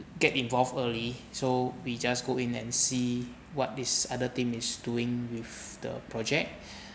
get involved early so we just go in and see what this other team is doing with the project